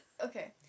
Okay